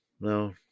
No